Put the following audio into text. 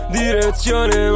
direzione